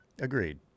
agreed